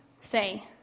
Say